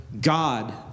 God